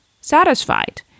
satisfied